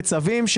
בצווים,